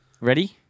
ready